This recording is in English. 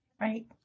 Right